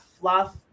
fluff